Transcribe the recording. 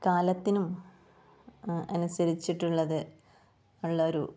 കാലത്തിനും അനുസരിച്ചിട്ടുള്ളത് ഉള്ളൊരു